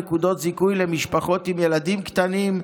נקודות הזיכוי למשפחות עם ילדים קטנים,